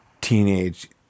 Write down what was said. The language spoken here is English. teenage